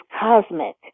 cosmic